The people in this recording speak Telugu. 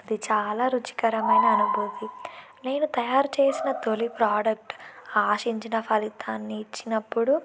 అది చాలా రుచికరమైన అనుభూతి నేను తయారు చేసిన తొలి ప్రోడక్ట్ ఆశించిన ఫలితాన్ని ఇచ్చినప్పుడు